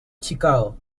chicago